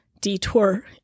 detour